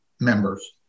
members